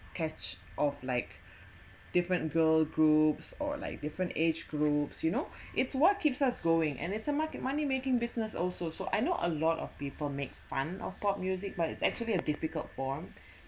catch of like different girl group or like different age group you know it's what keeps us going and it's a market money making business also so I know a lot of people make fun of pop music by it's actually a difficult form